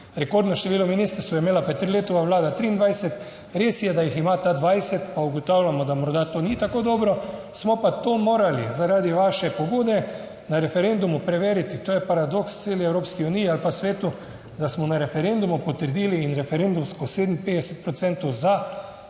Rekordno število ministrstev je imela Peterletova vlada, 23. Res je, da jih ima ta 20, pa ugotavljamo, da morda to ni tako dobro. Smo pa to morali zaradi vaše pobude na referendumu preveriti. To je paradoks celi Evropski uniji ali pa svetu, da smo na referendumu potrdili in referendumsko 57 procentov